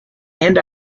and